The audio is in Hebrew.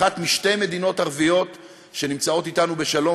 אחת משתי מדינות ערביות שנמצאות אתנו בשלום